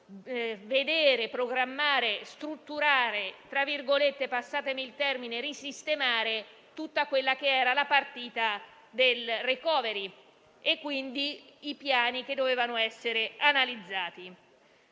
vedere, programmare, strutturare e - passatemi il termine - risistemare tutta quella che era la partita del *recovery* e, quindi, i piani che dovevano essere analizzati.